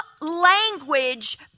language